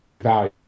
value